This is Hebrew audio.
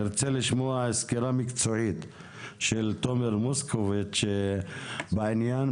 נרצה לשמוע סקירה מקצועית של תומר מוסקוביץ' בעניין.